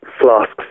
flasks